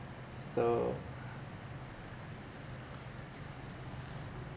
so